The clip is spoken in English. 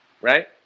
right